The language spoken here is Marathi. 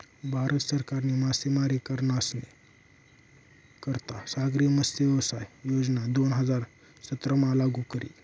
भारत सरकारनी मासेमारी करनारस्नी करता सागरी मत्स्यव्यवसाय योजना दोन हजार सतरामा लागू करी